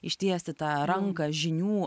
ištiesti tą ranką žinių